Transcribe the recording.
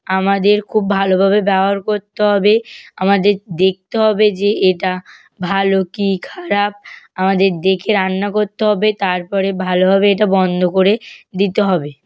আমাদের খুব ভালোভাবে ব্যবহার করতে হবে আমাদের দেখতে হবে যে এটা ভালো কী খারাপ আমাদের দেখে রান্না করতে হবে তার পরে ভালোভাবে এটা বন্ধ করে দিতে হবে